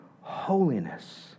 holiness